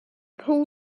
pull